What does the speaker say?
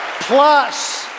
Plus